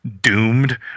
doomed